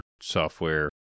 software